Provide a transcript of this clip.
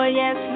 yes